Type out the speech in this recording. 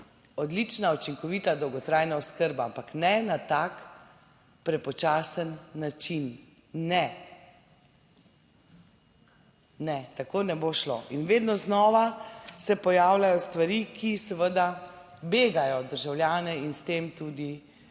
odlična učinkovita dolgotrajna oskrba. Ampak ne na tak prepočasen način. Ne. Ne, tako ne bo šlo. In vedno znova se pojavljajo stvari, ki seveda begajo državljane in s tem tudi,